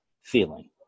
feeling